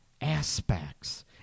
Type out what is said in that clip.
aspects